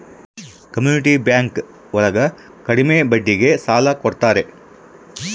community bank ಒಳಗ ಕಡ್ಮೆ ಬಡ್ಡಿಗೆ ಸಾಲ ಕೊಡ್ತಾರೆ